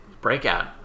Breakout